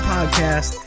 Podcast